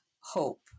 hope